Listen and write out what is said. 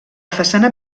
façana